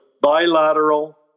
bilateral